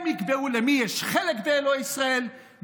הם יקבעו למי יש חלק באלוהי ישראל,